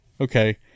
okay